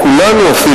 אפילו כולנו,